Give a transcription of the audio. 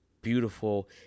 beautiful